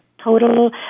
total